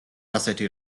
ასეთი